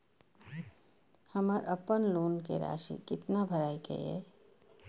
हमर अपन लोन के राशि कितना भराई के ये?